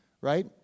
right